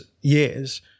years